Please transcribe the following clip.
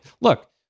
look